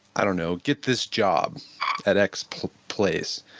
i don't know, get this job at x place.